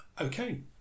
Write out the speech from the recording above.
okay